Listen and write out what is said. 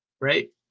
Right